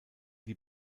die